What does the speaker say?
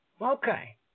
Okay